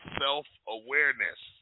self-awareness